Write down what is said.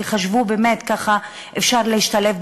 כי חשבו באמת שככה אפשר להשתלב,